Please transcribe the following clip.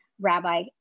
Rabbi